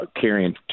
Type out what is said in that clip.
carrying